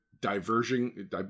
diverging